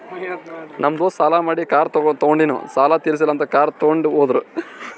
ನಮ್ ದೋಸ್ತ ಸಾಲಾ ಮಾಡಿ ಕಾರ್ ತೊಂಡಿನು ಸಾಲಾ ತಿರ್ಸಿಲ್ಲ ಅಂತ್ ಕಾರ್ ತೊಂಡಿ ಹೋದುರ್